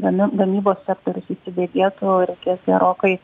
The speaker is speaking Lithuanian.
gami gamybos sektorius įsibėgėtų ir reikės gerokai